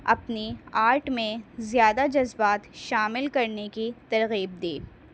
اپنی آرٹ میں زیادہ جذبات شامل کرنے کی ترغیب دیے